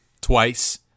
twice